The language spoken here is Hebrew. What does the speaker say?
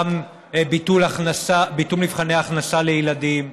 גם ביטול מבחני הכנסה לילדים,